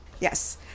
Yes